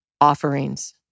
offerings